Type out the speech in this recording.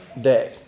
day